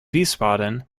wiesbaden